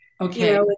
okay